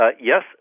yes